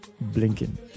blinking